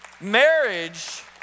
marriage